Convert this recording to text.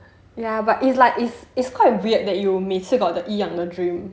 ya but it's like it's it's quite weird that you 每次 got the 一样的 dream